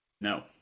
No